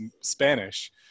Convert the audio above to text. Spanish